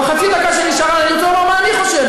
בחצי דקה שנשארה אני רוצה לומר מה אני חושב.